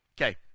Okay